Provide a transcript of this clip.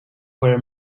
were